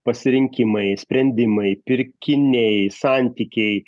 pasirinkimai sprendimai pirkiniai santykiai